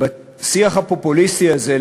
בשיח הפופוליסטי הזה,